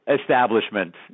establishment